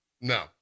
No